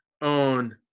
on